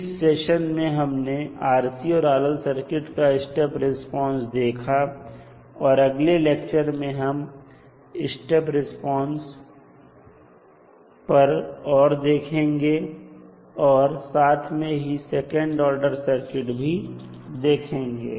इस सेशन में हमने RC और RL सर्किट का स्टेप रिस्पांस देखा और अगले लेक्चर में हम स्टेप रिस्पांस पर और देखेंगे और साथ में ही सेकंड ऑर्डर सर्किट भी देखेंगे